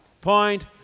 Point